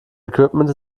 equipment